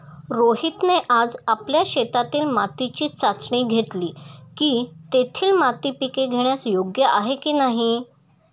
रोहितने आज आपल्या शेतातील मातीची चाचणी घेतली की, तेथील माती पिके घेण्यास योग्य आहे की नाही